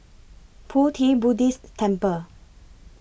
Pu Ti Buddhist Temple